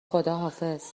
خداحافظ